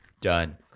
Done